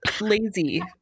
lazy